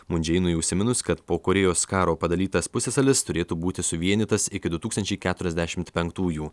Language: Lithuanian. mun džėjinui užsiminus kad po korėjos karo padalytas pusiasalis turėtų būti suvienytas iki du tūkstančiai keturiasdešimt penktųjų